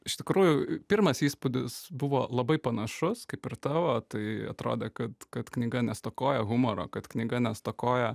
iš tikrųjų pirmas įspūdis buvo labai panašus kaip ir tavo tai atrodė kad kad knyga nestokoja humoro kad knyga nestokoja